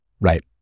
right